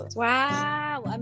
wow